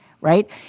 right